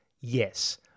Yes